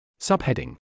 Subheading